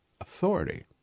authority